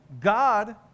God